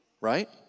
right